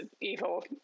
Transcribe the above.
evil